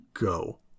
go